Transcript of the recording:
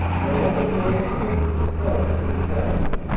one other coincidence is tragic in character.